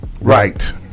Right